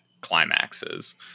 climaxes